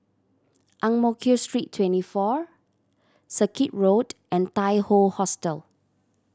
Ang Mo Kio Street Twenty four Circuit Road and Tai Hoe Hostel